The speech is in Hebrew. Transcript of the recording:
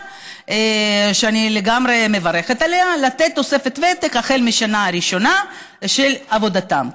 שאני לגמרי מברכת עליה לתת תוספת ותק החל מהשנה הראשונה של עבודתם,